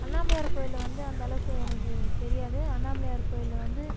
அண்ணாமலையார் கோவிலு வந்து அந்தளவுக்கு எனக்கு தெரியாது அண்ணாமலையார் கோவிலு வந்து